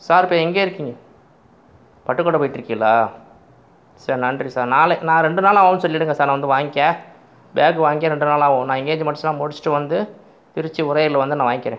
sir இப்போது எங்கே இருக்கீங்க பட்டுக்கோட்டை போய்ட்டு இருக்கீங்களா சரி நன்றி சார் நாளை நான் ரெண்டு நாள் ஆகும்னு சொல்லிவிடுங்க சார் நான்வந்து வாங்கிக்க பேக் வாங்கிக்க ரெண்டு நாள் ஆகும் நான் என்கேஜிமெண்ட்ஸெலாம் முடிச்சுட்டு வந்து திருச்சி உறையூரில் வந்து நான் வாங்கிக்கிறேன்